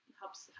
helps